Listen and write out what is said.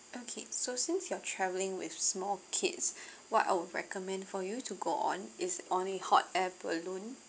okay so since you're traveling with small kids what I would recommend for you to go on is only hot air balloon